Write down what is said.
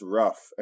rough